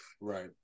Right